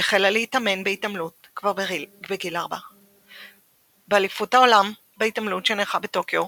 היא החלה להתאמן בהתעמלות כבר בגיל 4. באליפות העולם בהתעמלות שנערכה בטוקיו,